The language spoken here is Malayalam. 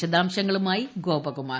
വിശദാംശങ്ങളുമായി ഗോപകുമാർ